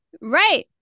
Right